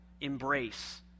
embrace